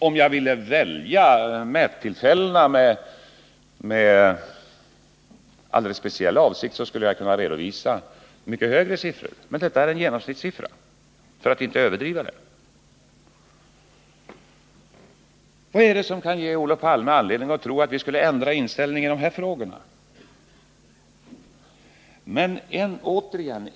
Om jag ville välja mättillfällena med alldeles speciell avsikt, skulle jag kunna redovisa mycket högre siffror, men jag väljer en genomsnittssiffra för att inte överdriva. Vad är det som kan ge Olof Palme anledning att tro att vi skulle ändra inställning i de här frågorna?